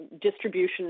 Distribution